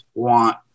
want